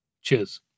Cheers